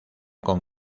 con